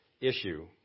issue